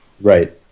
Right